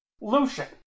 Lucian